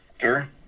Sure